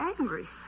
angry